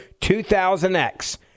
2000X